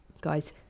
guys